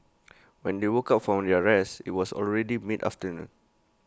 when they woke up from their rest IT was already mid afternoon